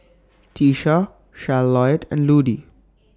Tisha Charlottie and Ludie